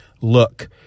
look